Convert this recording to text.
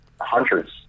hundreds